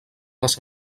les